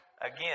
again